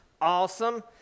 Awesome